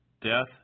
death